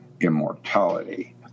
immortality